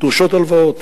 הביאה לאי-ודאות